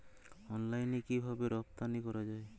অনলাইনে কিভাবে রপ্তানি করা যায়?